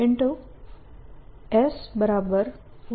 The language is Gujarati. S1c10EB ના બરાબર છે